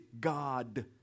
God